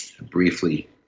briefly